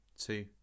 two